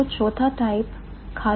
तो चौथा टाइप खारिज हो जाता है